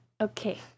Okay